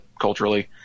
culturally